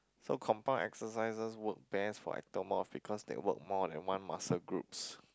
so compound exercises work best for ectomorph because they work more than one muscle groups